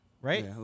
Right